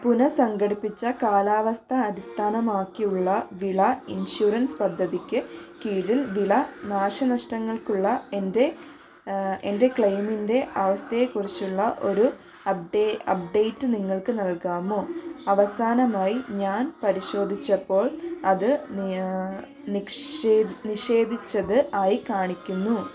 പുനസംഘടിപ്പിച്ച കാലാവസ്ഥ അടിസ്ഥാനമാക്കിയുള്ള വിള ഇൻഷുറൻസ് പദ്ധതിക്ക് കീഴിൽ വിള നാശനഷ്ടങ്ങൾക്കുള്ള എന്റെ എന്റെ ക്ലൈമിന്റെ അവസ്ഥയെക്കുറിച്ചുള്ള ഒരു അപ്ടേറ്റ് നിങ്ങൾക്ക് നാൽകാമോ അവസാനമായി ഞാൻ പരിശോധിച്ചപ്പോൾ അത് നിഷേധിച്ചത് ആയി കാണിക്കുന്നു